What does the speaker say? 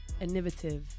innovative